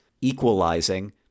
equalizing